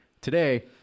Today